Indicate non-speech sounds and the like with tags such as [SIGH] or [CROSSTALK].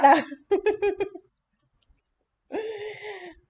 lah [LAUGHS]